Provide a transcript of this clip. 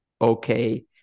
okay